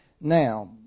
Now